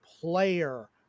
player